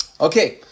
okay